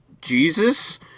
Jesus